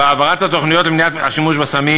בהעברת התוכניות למניעת שימוש בסמים,